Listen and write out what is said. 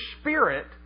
spirit